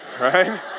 right